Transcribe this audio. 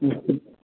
okay